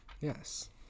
Yes